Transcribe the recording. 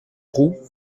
roux